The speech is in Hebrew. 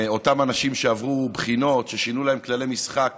אותם אנשים שעברו בחינות, ששינו להם כללי משחק